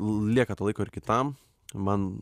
lieka to laiko ir kitam man